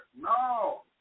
No